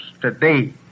today